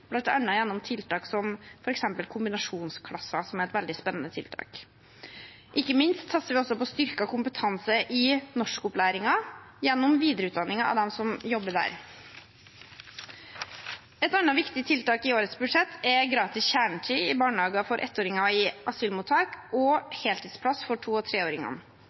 bl.a. gjennom tiltak som f.eks. kombinasjonsklasser, som er et veldig spennende tiltak. Ikke minst satser vi på styrket kompetanse i norskopplæringen gjennom videreutdanning av dem som jobber der. Et annet viktig tiltak i årets budsjett er gratis kjernetid i barnehager for ettåringer i asylmottak og heltidsplass for to- og treåringene.